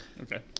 Okay